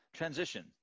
transition